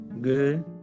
Good